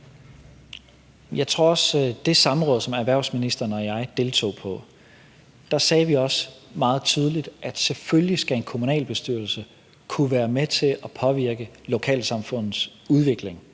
Jeg tror, at på det samråd, som erhvervsministeren og jeg deltog i, sagde vi også meget tydeligt, at selvfølgelig skal en kommunalbestyrelse kunne være med til at påvirke lokalsamfundets udvikling.